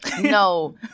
no